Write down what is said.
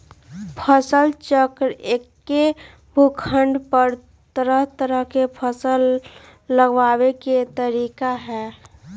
फसल चक्र एक्के भूखंड पर तरह तरह के फसल लगावे के तरीका हए